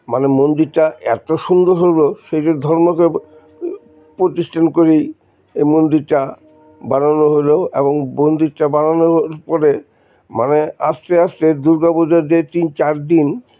মানে মন্দিরটা এত সুন্দর হলো সেই যে ধর্মকে প্রতিষ্ঠান করেই এই মন্দির টা বানানো হলো এবং মন্দির টা বানানোর পরে মানে আস্তে আস্তে দুর্গাপূজার যে তিন চার দিন